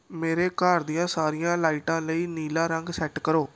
ਮੇਰੇ ਘਰ ਦੀਆਂ ਸਾਰੀਆਂ ਲਾਈਟਾਂ ਲਈ ਨੀਲਾ ਰੰਗ ਸੈੱਟ ਕਰੋ